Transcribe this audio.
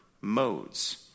modes